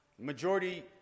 Majority